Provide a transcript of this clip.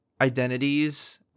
identities